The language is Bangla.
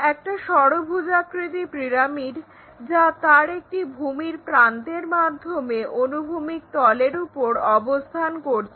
একটা ষড়ভুজাকৃতি পিরামিড যা তার একটি ভূমির প্রান্তের মাধ্যমে অনুভূমিক তলের উপর অবস্থান করছে